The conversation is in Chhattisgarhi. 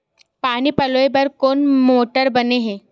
पानी पलोय बर कोन मोटर बने हे?